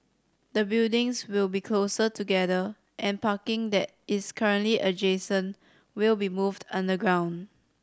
the buildings will be closer together and parking that is currently adjacent will be moved underground